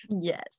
yes